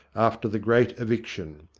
after the great eviction.